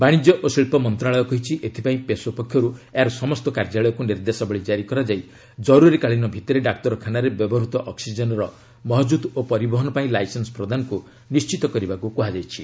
ବାଣିଜ୍ୟ ଓ ଶିଳ୍ପ ମନ୍ତ୍ରଣାଳୟ କହିଛି ଏଥିପାଇଁ ପେସୋ ପକ୍ଷରୁ ଏହାର ସମସ୍ତ କାର୍ଯ୍ୟାଳୟକୁ ନିର୍ଦ୍ଦେଶାବଳୀ ଜାରି କରାଯାଇ ଜରୁରିକାଳୀନ ଭିତ୍ତିରେ ଡାକ୍ତରଖାନାରେ ବ୍ୟବହୃତ ଅକ୍ସିଜେନ୍ର ମହକୁଦ ଓ ପରିବହନ ପାଇଁ ଲାଇସେନ୍ୱ ପ୍ରଦାନକୁ ନିଣ୍ଚିତ କରିବାକୁ କୁହାଯାଇଛି